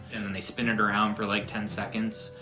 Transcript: and then they spin it around for like ten seconds.